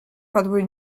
padły